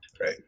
right